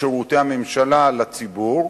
שירותי הממשלה לציבור,